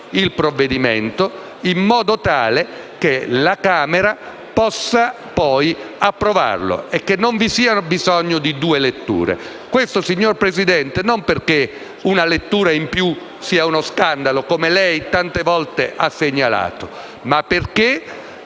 il provvedimento, in modo tale che la Camera dei deputati possa poi approvarlo e che non vi sia bisogno di due letture. Questo, signor Presidente, non perché una lettura in più sia uno scandalo, come lei tante volte ha segnalato, ma perché,